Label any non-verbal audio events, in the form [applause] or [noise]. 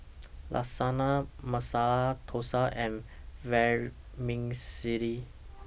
[noise] Lasagna Masala Dosa and Vermicelli